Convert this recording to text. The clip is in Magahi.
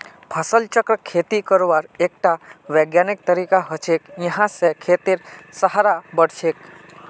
फसल चक्र खेती करवार एकटा विज्ञानिक तरीका हछेक यहा स खेतेर सहार बढ़छेक